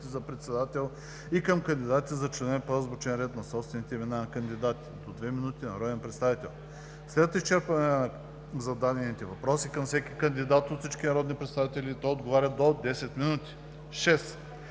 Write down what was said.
за председател и към кандидатите за членове по азбучен ред на собствените имена на кандидатите – до две минути на народен представител. След изчерпване на зададените въпроси към всеки кандидат от всички народни представители той отговаря – до 10 минути. 6.